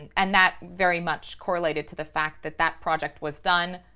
and and that very much correlated to the fact that that project was done.